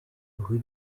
rue